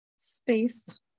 space